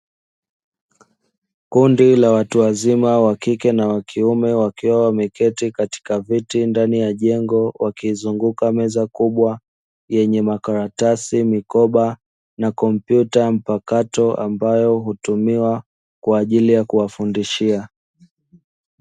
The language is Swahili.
Kundi la watu wazima wa kike na wa kiume wakiwa wameketi katika viti ndani ya jengo wakizunguka meza kubwa yenye makaratasi mikoba na kompyuta mpakato ambayo hutumiwa kwa ajili ya kuwafundishia.